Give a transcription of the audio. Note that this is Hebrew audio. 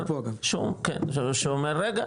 רגע,